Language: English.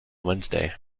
wednesday